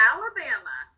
Alabama